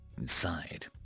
inside